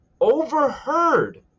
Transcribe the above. overheard